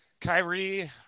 Kyrie